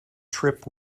trip